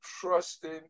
trusting